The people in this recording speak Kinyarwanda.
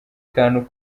kantu